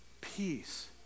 Peace